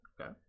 Okay